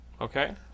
Okay